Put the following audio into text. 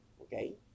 okay